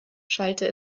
schallte